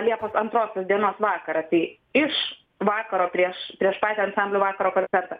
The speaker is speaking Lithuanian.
liepos antrosios dienos vakarą tai iš vakaro prieš prieš patį ansamblių vakaro koncertą